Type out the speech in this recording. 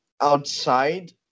outside